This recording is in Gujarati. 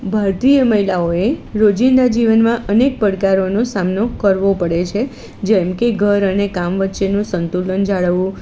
ભારતીય મહિલાઓએ રોજિંદા જીવનમાં અનેક પડકારોનો સામનો કરવો પડે છે જેમકે ઘર અને કામ વચ્ચેનું સંતુલન જાળવવું